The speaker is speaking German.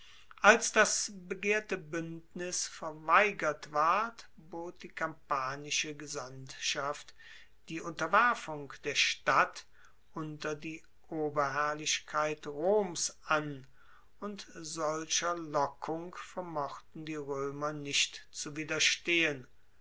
als das begehrte buendnis verweigert ward bot die kampanische gesandtschaft die unterwerfung der stadt unter die oberherrlichkeit roms an und solcher lockung vermochten die roemer nicht zu widerstehen